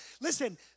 Listen